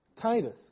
Titus